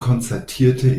konzertierte